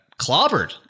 clobbered